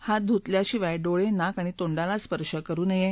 हात धूतल्याशिवाय डोळे नाक आणि तोंडाला स्पर्श करु नये